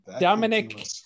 Dominic